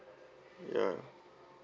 ya